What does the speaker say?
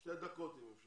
שתי דקות, בבקשה.